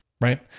Right